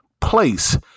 place